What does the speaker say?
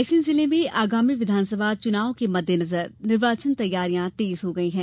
रायसेन जिले में आगामी विधानसभा चुनाव के मददेनजर निर्वाचन तैयारियां तेज हो गई हैं